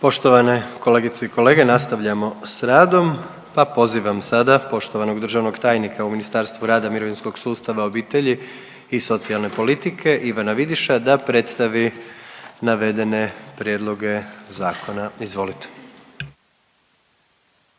Poštovane kolegice i kolege, nastavljamo s radom, pa pozivam sada poštovanog državnog tajnika u Ministarstvu rada, mirovinskog sustava, obitelji i socijalne politike Ivana Vidiša da predstavi navedene prijedloge zakona, izvolite.